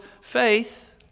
faith